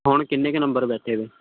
ਹੁਣ ਕਿੰਨੇ ਕੁ ਨੰਬਰ ਬੈਠੇ ਵੇ